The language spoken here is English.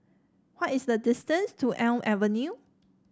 what is the distance to Elm Avenue